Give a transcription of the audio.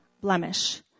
blemish